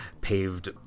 paved